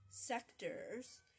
sectors